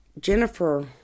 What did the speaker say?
Jennifer